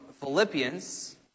Philippians